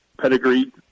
pedigree